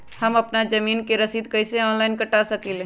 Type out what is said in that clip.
हम अपना जमीन के रसीद कईसे ऑनलाइन कटा सकिले?